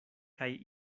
kaj